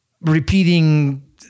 repeating